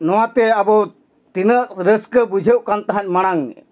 ᱱᱚᱣᱟᱛᱮ ᱟᱵᱚ ᱛᱤᱱᱟᱹᱜ ᱨᱟᱹᱥᱠᱟᱹ ᱵᱩᱡᱷᱟᱹᱜ ᱠᱟᱱ ᱛᱟᱦᱮᱸᱫ ᱢᱟᱲᱟᱝ